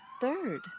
Third